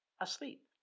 asleep